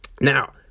Now